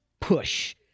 push